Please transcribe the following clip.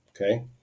okay